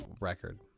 record